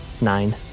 Nine